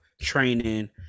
training